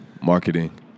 marketing